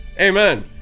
Amen